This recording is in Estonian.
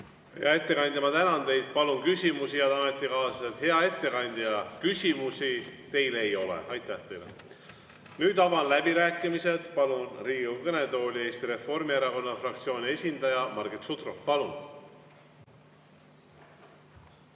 Hea ettekandja, ma tänan teid! Palun küsimusi, head ametikaaslased! Hea ettekandja, küsimusi teile ei ole. Aitäh teile! Nüüd avan läbirääkimised. Palun Riigikogu kõnetooli Eesti Reformierakonna fraktsiooni esindaja Margit Sutropi.